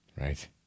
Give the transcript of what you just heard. Right